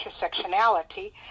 intersectionality